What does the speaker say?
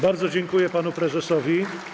Bardzo dziękuję panu prezesowi.